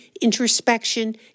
introspection